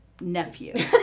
nephew